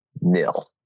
nil